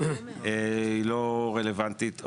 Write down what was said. היא לא רלוונטית,